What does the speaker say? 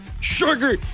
sugar